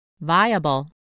Viable